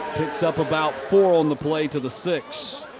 picks up about four on the play to the six.